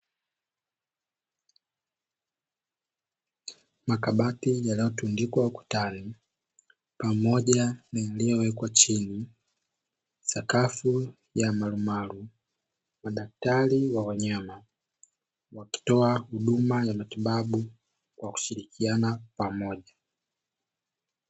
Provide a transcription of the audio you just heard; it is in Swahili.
Makabati yanayotundikwa ukutani pamoja na yaliyowekwa chini, sakafu ya malumalu madaktari wa wanyama, wakitoa huduma ya matibabu kwa kushirikiana pamoja.